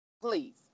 Please